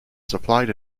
supplied